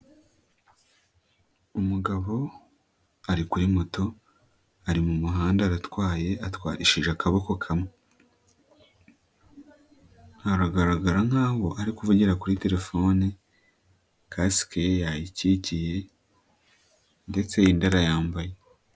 Umugabo ari kuri moto, ari mu muhanda aratwaye atwarishije ukuboko kumwe, aragaragara nkaho ari kuvugira kuri telefone, kasike ye yayikikiye ndetse indi arayambaye.